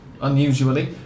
unusually